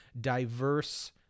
diverse